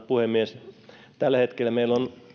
puhemies tällä hetkellä meillä on